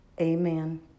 amen